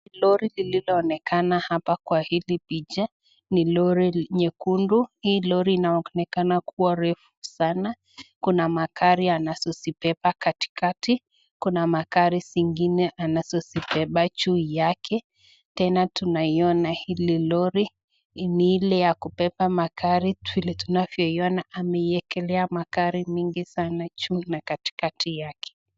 Lori lililoonekana hapa kwa hii picha ni lori nyekundu. Hii lori inaonekana kuwa refu sana. Kuna magari anazozibeba katikati, kuna magari zingine anazozibeba juu yake. Tena tunaiona hili lori ni ile ya kubeba magari vile tunavyoiona ameiekelea magari mengi juu na katikati yake.